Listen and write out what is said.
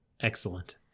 Excellent